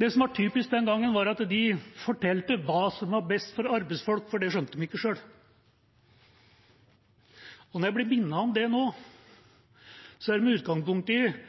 var at de fortalte hva som var best for arbeidsfolk, for det skjønte de ikke sjøl. Når jeg blir minnet om det nå, er det med utgangspunkt i Arild Grandes grundige og gode gjennomgang av spillereglene i det norske arbeidslivet, der nettopp partenes frie rolle i